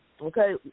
Okay